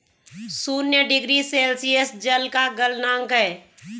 शून्य degree Celsius जल का गलनांक है